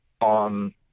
on